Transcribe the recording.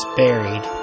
buried